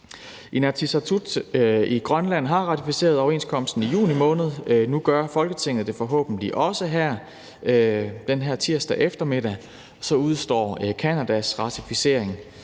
Inatsisartut i Grønland har ratificeret overenskomsten i juni måned, og nu gør Folketinget det forhåbentlig også her denne tirsdag eftermiddag. Så udestår Canadas ratificering,